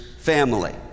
family